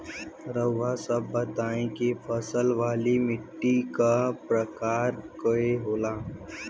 रउआ सब बताई कि फसल वाली माटी क प्रकार के होला?